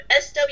SW